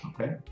okay